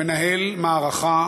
מנהל מערכה